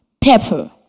pepper